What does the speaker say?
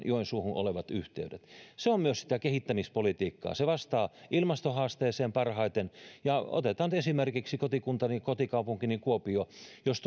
joensuuhun olevat yhteydet se on myös sitä kehittämispolitiikkaa se vastaa ilmastohaasteeseen parhaiten otetaan nyt esimerkiksi kotikuntani kotikaupunkini kuopio jos